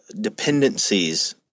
dependencies